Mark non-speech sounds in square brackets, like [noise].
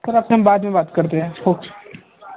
sir आपसे हम बाद में बात करते हैं [unintelligible]